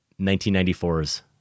1994's